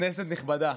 כנסת נכבדה,